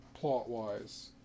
plot-wise